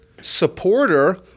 supporter